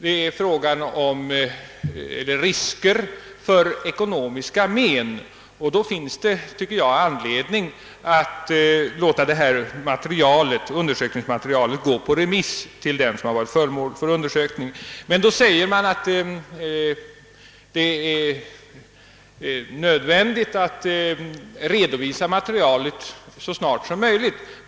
Det finns risker för ekonomiska men, och därför tycker jag att det finns anledning att låta undersökningsmaterialet gå på remiss till den som varit föremål för undersökning. Det sägs att det är nödvändigt att redovisa materialet så snart som möjligt.